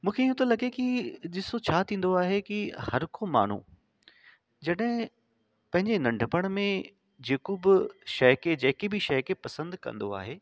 मूंखे ईअं थो लॻे कि ॾिसो छा थींदो आहे कि हर को माण्हू जॾहिं पंहिंजे नंढपण में जेको बि शइ खे जेकी बि शइ खे पसंदि कंदो आहे